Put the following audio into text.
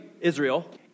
Israel